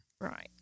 Right